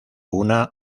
una